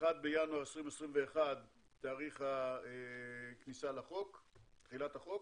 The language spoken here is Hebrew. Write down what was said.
1 בינואר 2021 תאריך תחילת החוק,